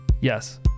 Yes